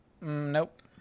nope